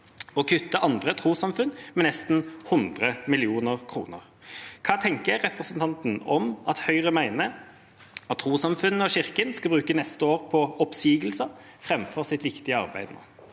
og kutter andre trossamfunn med nesten 100 mill. kr. Hva tenker representanten om at Høyre mener at trossamfunnene og Kirken skal bruke neste år på oppsigelser framfor sitt viktige arbeid?